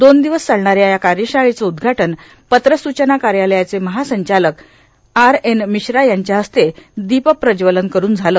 दोन र्ददवस चालणाऱ्या या कायशाळेच उदघाटन पत्र सूचना कायालायचे महांचालक आर एन भमश्रा यांच्याहस्ते दोपप्रज्वलन करून झालं